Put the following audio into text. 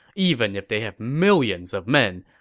even if they have millions of men,